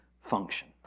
function